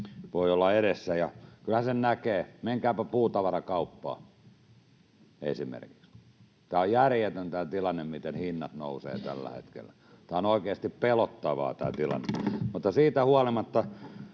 voi olla edessä, ja kyllähän sen näkee. Menkääpä puutavarakauppaan, esimerkiksi. Tämä on järjetön tilanne, miten hinnat nousevat tällä hetkellä. Tämä tilanne on oikeasti pelottava.